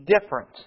different